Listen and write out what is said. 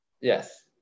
Yes